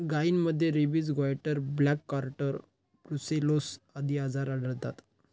गायींमध्ये rabies, goitre, black quarter, brucellosis आदी आजार आढळतात